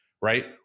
Right